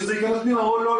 אמרו: לא.